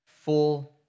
full